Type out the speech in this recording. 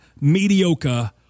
mediocre